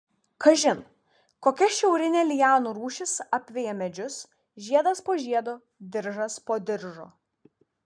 kažin kokia šiaurinė lianų rūšis apveja medžius žiedas po žiedo diržas po diržo